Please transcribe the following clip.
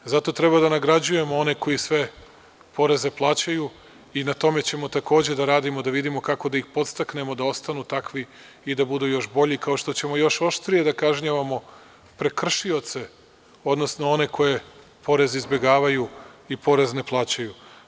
Zato treba da nagrađujemo one koji sve poreze plaćaju i na tome ćemo takođe da radimo, da vidimo kako da ih podstaknemo da ostanu takvi i da budu još bolji, kao što ćemo još oštrije da kažnjavamo prekršioce, odnosno one koji porez izbegavaju i koji porez ne plaćaju.